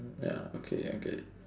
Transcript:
ya okay I get it